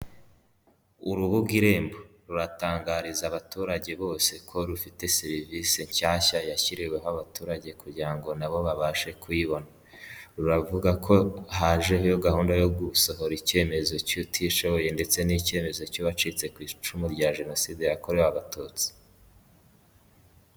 Uurubuga irembo ruratangariza abaturage bose ko rufite serivisi nshyashya yashyiriweho abaturage, kugira ngo na bo babashe kuyibona, ruravuga ko hajeho gahunda yosohora icyemezo cy'utishoboye ndetse n'icyemezo cy'wacitse ku icumu rya jenoside yakorewe abatutsi.